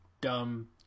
dumb